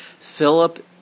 Philip